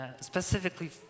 specifically